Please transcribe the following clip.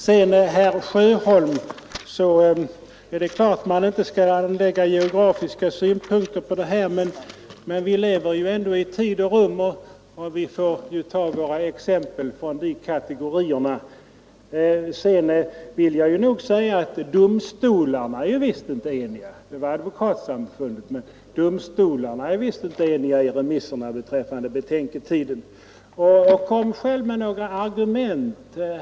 Det är klart, herr Sjöholm, att man inte skall lägga geografiska synpunkter på detta. Men vi lever ändå i tid och rum, och vi får ta våra exempel med hänsyn till detta. Jag vill också säga att domstolarna var i sina remissyttranden visst inte eniga med de sakkunniga beträffande betänketiden. Det var Advokatsamfundet som anslöt sig till de sakkunnigas ståndpunkt i det fallet.